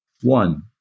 One